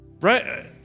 Right